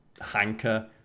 hanker